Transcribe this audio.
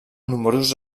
nombrosos